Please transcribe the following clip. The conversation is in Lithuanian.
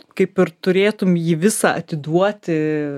kaip ir turėtum jį visą atiduoti